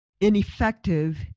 ineffective